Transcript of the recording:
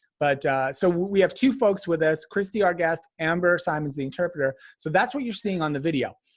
but so we have two folks with us, kristy our guest, amber simon's the interpreter. so that's what you're seeing on the video.